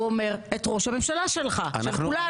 את ראש הממשלה, של כולנו.